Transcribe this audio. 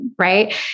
Right